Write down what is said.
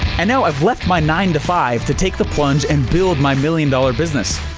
and now i've left my nine to five to take the plunge and build my million dollar business.